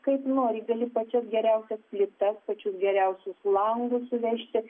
kaip nori gali pačias geriausias plytas pačius geriausius langus suvežti